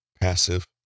passive